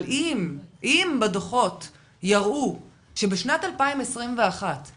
אבל אם בדוחות יראו שבשנת 2021 היישובים